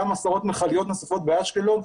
עשרות מכליות נוספות באשקלון.